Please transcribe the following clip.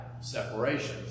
separations